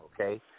okay